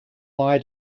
lie